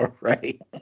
right